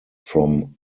from